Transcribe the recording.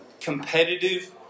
competitive